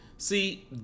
See